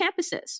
campuses